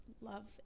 love